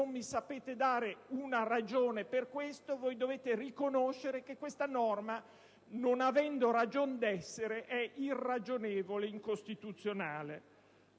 mi sapete dare una ragione per questo, dovete riconoscere che questa norma, non avendo ragion d'essere, è irragionevole e incostituzionale.